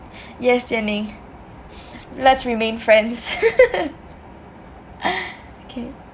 yes Jian-Ning let's remain friends okay